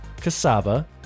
cassava